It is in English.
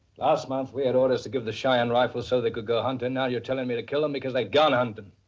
last month we had orders to give the cheyenne. rifles so they could go hunting, now you're. telling me to kill them, because they've gone ah and and